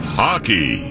hockey